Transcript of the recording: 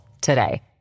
today